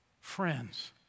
Friends